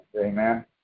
amen